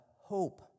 hope